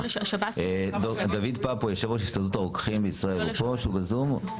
דוד פאפו בזום.